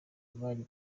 bari